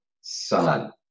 son